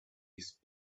his